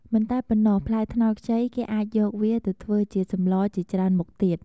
មិនតែប៉ុណ្ណោះ ផ្លែត្នោតខ្ចីគេអាច យកវាទៅធ្វើជាសម្លជាច្រើនមុខទៀត។